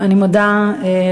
אני מודה לשר.